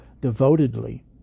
devotedly